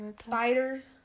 spiders